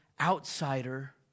outsider